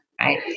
right